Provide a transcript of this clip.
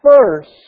first